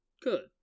Good